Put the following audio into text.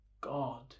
God